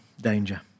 danger